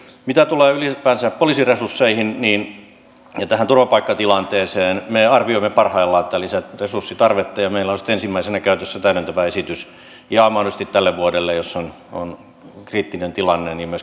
mitä tulee ylipäänsä poliisin resursseihin ja tähän turvapaikkatilanteeseen me arvioimme parhaillaan tätä lisäresurssitarvetta ja meillä on sitten ensimmäisenä käytössä täydentävä esitys ja mahdollisesti tälle vuodelle jos on kriittinen tilanne myöskin lisätalousarviot